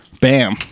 Bam